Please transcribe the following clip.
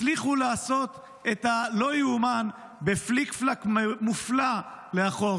הצליחו לעשות את הלא-ייאמן בפליק-פלאק מופלא לאחור.